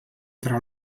tra